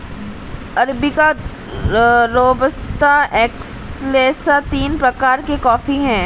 arabica robusta excelsa तीन प्रकार के कॉफी हैं